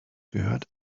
gehört